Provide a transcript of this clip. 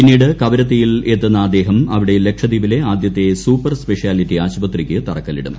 പിന്നീട് കവരത്തിയിൽ എത്തുന്ന അദ്ദേഹം അവിടെ ലക്ഷദ്വീപിലെ ആദ്യത്തെ സൂപ്പർ സ്പെഷ്യാലിറ്റി ആശുപത്രിക്ക് തറക്കല്ലിടും